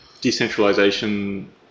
decentralization